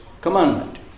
commandment